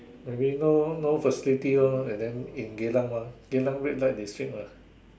I mean no no facility lor and then in Geylang mah Geylang red light district mah